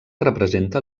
representa